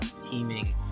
teaming